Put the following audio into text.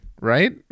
right